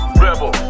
rebel